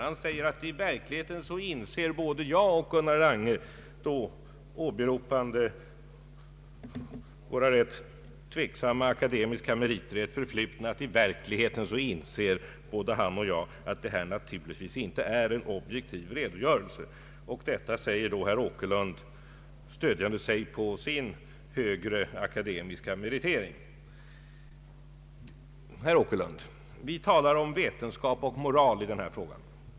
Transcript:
Han säger att både Gunnar Lange och jag — han åberopar då våra rätt tveksamma akedemiska meriter i det förflutna — i verkligheten inser att detta naturligtvis inte är en objektiv redogörelse. När herr Åkerlund säger detta stöder han sig på sin högre akademiska meritförteckning. Herr Åkerlund! Vi talar om vetenskap och moral i denna fråga.